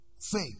Faith